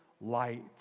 light